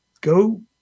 go